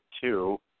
two